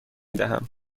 دهم